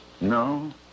No